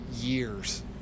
years